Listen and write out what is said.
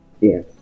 yes